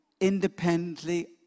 independently